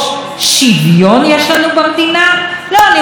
אני רוצה לשאול את חבריי הערבים שיושבים פה ממול